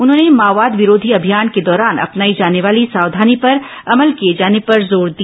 उन्होंने माओवाद विरोधी अभियान के दौरान अपनाई जाने वाली सावधानी पर अमल किए जाने पर जोर दिया